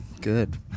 good